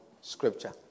scripture